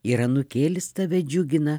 ir anūkėlis tave džiugina